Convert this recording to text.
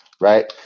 right